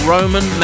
Roman